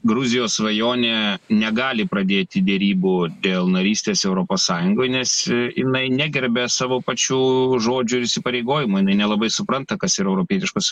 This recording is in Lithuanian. gruzijos svajonė negali pradėti derybų dėl narystės europos sąjungoj nes jinai negerbia savo pačių žodžių ir įsipareigojimų jinai nelabai supranta kas yra europietiškos